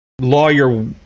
lawyer